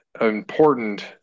important –